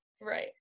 right